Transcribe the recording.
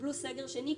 קיבלו סגר שני,